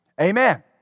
Amen